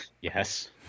Yes